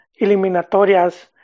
eliminatorias